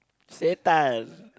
Satan